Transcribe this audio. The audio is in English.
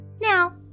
now